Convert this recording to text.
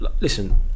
Listen